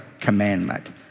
commandment